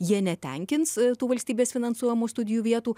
jie netenkins tų valstybės finansuojamų studijų vietų